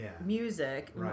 music